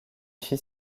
fit